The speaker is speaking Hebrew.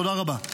תודה רבה.